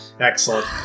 Excellent